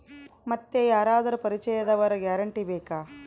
ಮತ್ತೆ ಯಾರಾದರೂ ಪರಿಚಯದವರ ಗ್ಯಾರಂಟಿ ಬೇಕಾ?